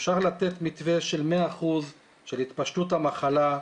אפשר לתת מתווה של 100% של התפשטות המחלה,